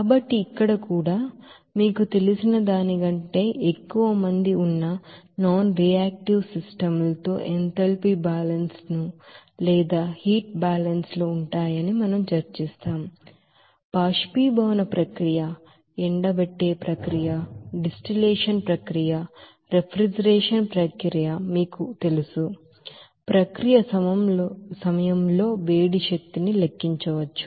కాబట్టి ఇక్కడ కూడా మీకు తెలిసిన దానికంటే ఎక్కువ మంది ఉన్న నాన్ రియాక్టివ్ సిస్టమ్ లతో ఎంథాల్పీ బ్యాలెన్స్ లు లేదా హీట్ బ్యాలెన్స్ లు ఉంటాయని మనం చర్చిస్తాం ఎవపోరాశిన్ ప్రాసెస్ ఎండబెట్టే ప్రక్రియ డిస్టిలేషన్ ప్రక్రియ రిఫ్రిజిరేషన్ ప్రక్రియ మీకు తెలుసు ప్రక్రియ సమయంలో వేడి శక్తిని లెక్కించవచ్చు